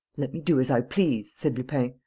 let me do as i please, said lupin,